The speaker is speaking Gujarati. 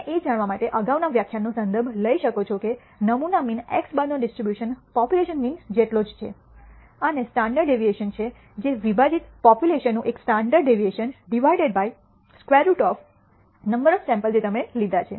તમે એ જાણવા માટે અગાઉના વ્યાખ્યાનનો સંદર્ભ લઈ શકો છો કે નમૂના મીન x̅ નો ડિસ્ટ્રીબ્યુશન પોપ્યુલેશન મીન જેટલો જ છે અને સ્ટાન્ડર્ડ ડેવિએશન છે જે વિભાજિત પોપ્યુલેશન નું એક standard deviation divided by square root of number of sample જે તમે લીધા છે